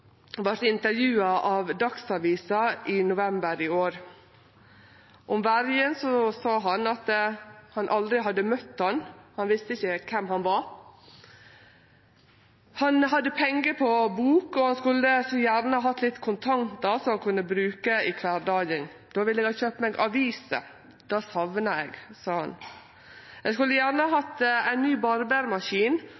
vart intervjua av Dagsavisen i november i år. Om verjen sin sa han at han aldri hadde møtt han. Han visste ikkje kven han var. Han hadde pengar på bok og skulle så gjerne ha hatt litt kontantar som han kunne bruke i kvardagen: «Da ville jeg kjøpt meg aviser. Det savner jeg. Jeg skulle gjerne